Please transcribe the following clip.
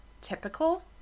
typical